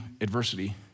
adversity